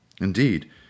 Indeed